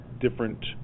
different